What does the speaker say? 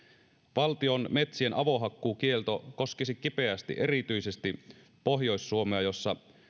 valtion metsien avohakkuukielto koskisi kipeästi erityisesti pohjois suomea jossa